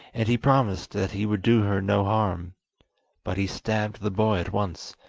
and he promised that he would do her no harm but he stabbed the boy at once,